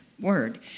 word